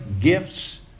Gifts